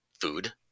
food